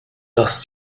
dass